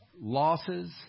losses